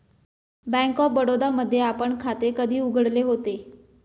Bank of Baroda मध्ये आपण खाते कधी उघडले होते?